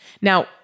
Now